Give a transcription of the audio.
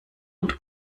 und